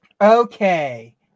okay